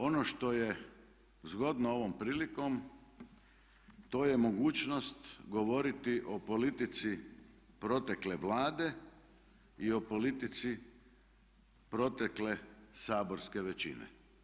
Ono što je zgodno ovom prilikom to je mogućnost govoriti o politici protekle Vlade i o politici protekle saborske većine.